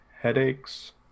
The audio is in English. headaches